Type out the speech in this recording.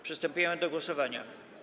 Przystępujemy do głosowania.